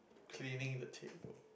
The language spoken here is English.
cleaning the table